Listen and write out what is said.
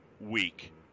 week